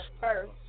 first